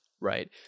right